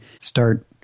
start